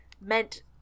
meant